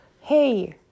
hey